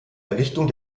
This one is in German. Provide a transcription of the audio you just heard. errichtung